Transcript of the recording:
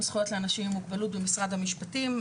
זכויות לאנשים עם מוגבלות במשרד המשפטים.